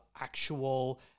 actual